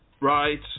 Right